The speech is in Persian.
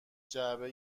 جعبه